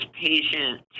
patient